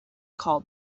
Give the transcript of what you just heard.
called